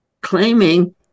claiming